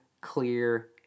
clear